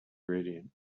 gradient